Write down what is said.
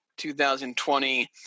2020